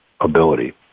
ability